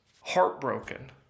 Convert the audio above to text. heartbroken